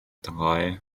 drei